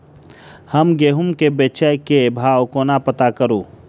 हम गेंहूँ केँ बेचै केँ भाव कोना पत्ता करू?